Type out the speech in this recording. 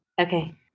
Okay